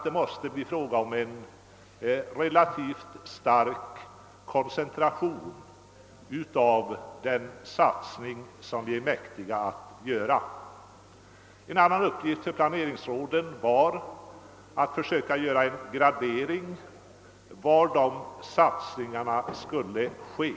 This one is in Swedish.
Det måste bli fråga om en relativt stark koncentration av den satsning vi är mäktiga att göra. En annan uppgift för planeringsrådet var att göra en gradering var dessa satsningar skulle ske.